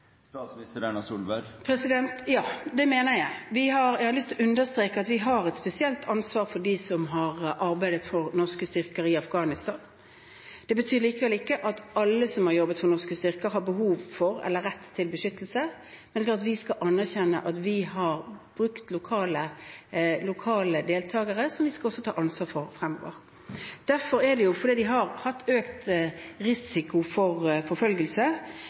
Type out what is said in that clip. Ja, det mener jeg. Jeg har lyst til å understreke at vi har et spesielt ansvar for dem som har arbeidet for norske styrker i Afghanistan. Det betyr likevel ikke at alle som har jobbet for norske styrker, har behov for eller rett til beskyttelse, men vi skal anerkjenne at vi har brukt lokale deltagere som vi også skal ta ansvar for fremover. Fordi de har hatt økt risiko for forfølgelse,